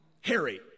Harry